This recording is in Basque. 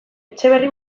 etxeberri